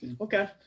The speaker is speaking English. Okay